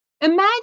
Imagine